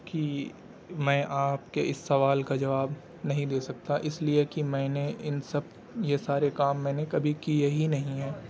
کہ میں آپ کے اس سوال کا جواب نہیں دے سکتا اس لیے کہ میں نے ان سب یہ سارے کام میں نے کبھی کیے ہی نہیں ہیں